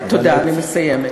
תודה, אני מסיימת.